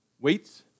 weights